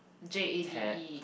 J A D E